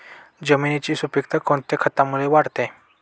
जमिनीची सुपिकता कोणत्या खतामुळे वाढते?